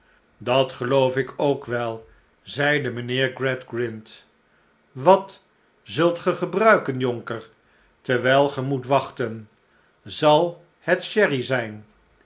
dat geloof ik ook wel zeide mijnheer gradgrind wat zult ge gebruiken jonker terwijl ge moet wachten zal het sherry zijn